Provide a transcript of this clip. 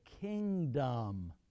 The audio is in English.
kingdom